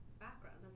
background